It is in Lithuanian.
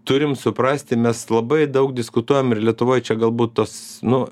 turim suprasti mes labai daug diskutuojam ir lietuvoj čia galbūt tos nu